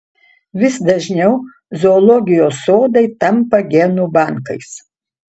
vis dažniau zoologijos sodai tampa genų bankais